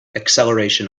acceleration